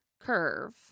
curve